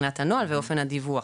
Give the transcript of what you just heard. מבחינת הנוהל ואופן הדיווח.